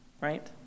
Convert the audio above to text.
right